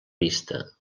vista